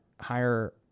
higher